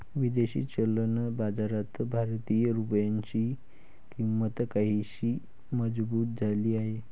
विदेशी चलन बाजारात भारतीय रुपयाची किंमत काहीशी मजबूत झाली आहे